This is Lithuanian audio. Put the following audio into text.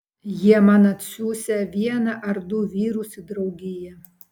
jie man atsiųsią vieną ar du vyrus į draugiją